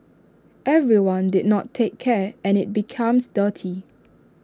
everyone did not take care and IT becomes dirty